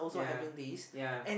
yeah yeah